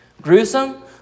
Gruesome